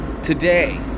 Today